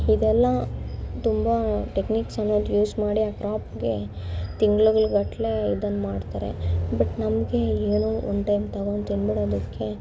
ಇದೆಲ್ಲ ತುಂಬ ಟೆಕ್ನಿಕ್ಸ್ ಅನ್ನೋದು ಯೂಸ್ ಮಾಡಿ ಆ ಕ್ರಾಪ್ಗೆ ತಿಂಗಳುಗಳ್ಗಟ್ಲೆ ಇದನ್ನ ಮಾಡ್ತಾರೆ ಬಟ್ ನಮಗೆ ಏನೋ ಒಂದನ್ನ ತಗೊಂಡು ತಿಂದ್ಬಿಡೋದಕ್ಕೆ